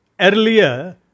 Earlier